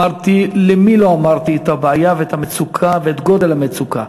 למי לא אמרתי את הבעיה ואת המצוקה ואת גודל המצוקה.